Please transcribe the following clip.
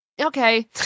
Okay